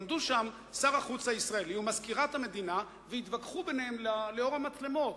עמדו שם שר החוץ הישראלי ומזכירת המדינה והתווכחו ביניהם לאור המצלמות.